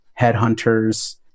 headhunters